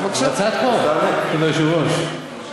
הצעת חוק, כבוד היושב-ראש.